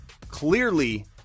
clearly